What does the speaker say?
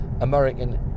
American